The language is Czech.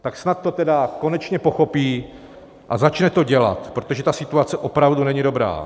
Tak snad to tedy konečně pochopí a začne to dělat, protože situace opravdu není dobrá.